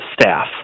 staff